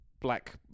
black